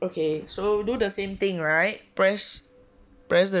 okay so do the same thing right press press the